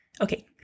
okay